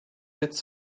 its